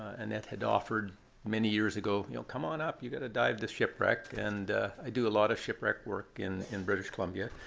annette had offered many years ago. come on up. you've got to dive this shipwreck. and i do a lot of shipwreck work in in british columbia.